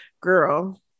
Girl